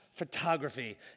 photography